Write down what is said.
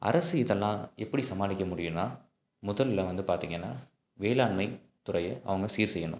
அரசு இதெல்லாம் எப்படி சமாளிக்க முடியும்னா முதலில் வந்து பார்த்திங்கன்னா வேளாண்மை துறையை அவங்க சீர் செய்யணும்